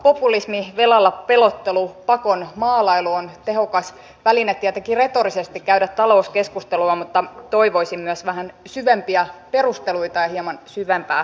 velkapopulismi velalla pelottelu pakon maalailu on tehokas väline tietenkin retorisesti käydä talouskeskustelua mutta toivoisin myös vähän syvempiä perusteluita ja hieman syvempää talousanalyysiä